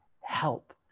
help